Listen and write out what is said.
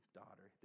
daughter